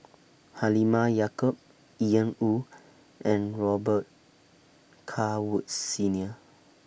Halimah Yacob Ian Woo and Robet Carr Woods Senior